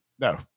No